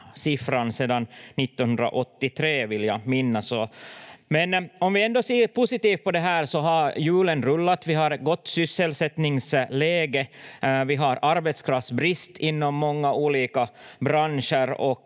siffran sedan 1983, vill jag minnas. Men om vi ändå ser positivt på det här så har hjulen rullat, vi har ett gott sysselsättningsläge och vi har arbetskraftsbrist inom många olika branscher